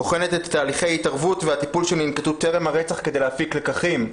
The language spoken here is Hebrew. בוחנת את תהליכי ההתערבות והטיפול שננקטו טרם הרצח כדי להפיק לקחים.